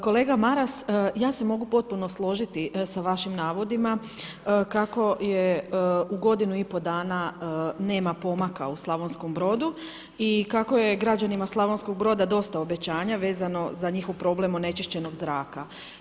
Kolega Maras, ja se mogu potpuno složiti sa vašim navodima kako je u godinu i pol dana nema pomaka u Slavonskom Brodu i kako je građanima Slavonskog Broda dosta obećanja vezano za njihov problem onečišćenog zraka.